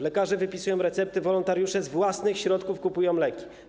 Lekarze wypisują recepty, wolontariusze z własnych środków kupują leki.